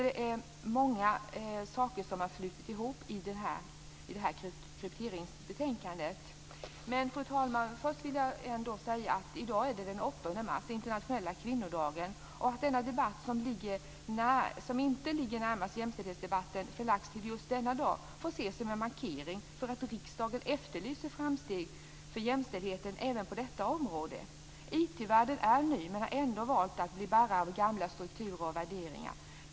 Det är många saker som har flutit ihop i krypteringsbetänkandet. Fru talman! I dag är det den 8 mars, internationella kvinnodagen. Att denna debatt, som inte ligger närmast jämställdhetsdebatten, förlagts till just denna dag får ses som en markering att riksdagen efterlyser framsteg för jämställdheten även på detta område. IT världen är ny men har ändå valt att bli bärare av gamla strukturer och värderingar.